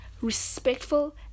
respectful